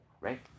right